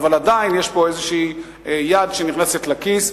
אבל עדיין יש פה איזו יד שנכנסת לכיס,